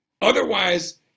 Otherwise